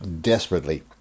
desperately